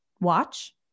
watch